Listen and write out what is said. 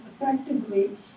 effectively